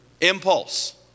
Impulse